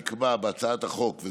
נקבע בהצעת החוק,